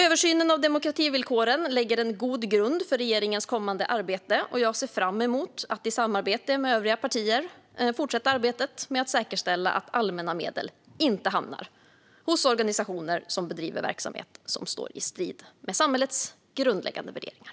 Översynen av demokrativillkoren lägger en god grund för regeringens kommande arbete. Jag ser fram emot att i samarbete med övriga partier fortsätta arbetet med att säkerställa att allmänna medel inte hamnar hos organisationer som bedriver verksamhet som står i strid med samhällets grundläggande värderingar.